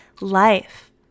life